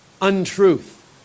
untruth